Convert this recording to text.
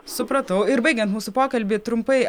supratau ir baigiant mūsų pokalbį trumpai